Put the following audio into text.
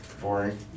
Boring